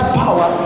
power